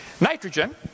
nitrogen